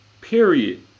Period